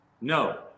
No